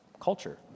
culture